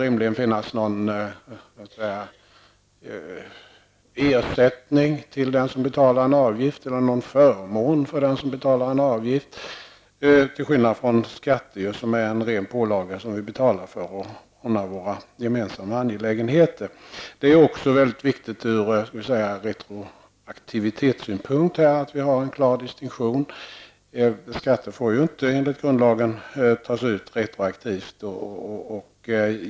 Den som betalar en avgift bör rimligtvis få någon förmån. Skatter däremot är en ren pålaga som vi betalar för att ordna våra gemensamma angelägenheter. Det är också viktigt ur retroaktivitetssynpunkt att vi har en klar distinktion. Skatter får ju enligt grundlagen inte tas ut retroaktivt.